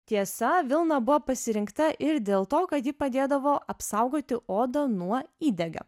tiesa vilna buvo pasirinkta ir dėl to kad ji padėdavo apsaugoti odą nuo įdegio